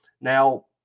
Now